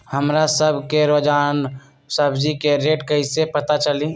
हमरा सब के रोजान सब्जी के रेट कईसे पता चली?